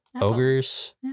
Ogres